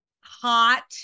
hot